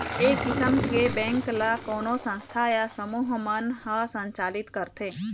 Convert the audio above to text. ए किसम के बेंक ल कोनो संस्था या समूह मन ह संचालित करथे